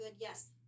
yes